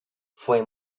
fue